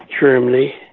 Germany